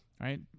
Right